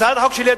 הצעת החוק שלי,